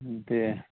ହୁଁ ଏମ୍ତି